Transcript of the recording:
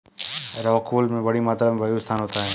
rockwool में बड़ी मात्रा में वायु स्थान होता है